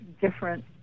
different